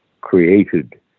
created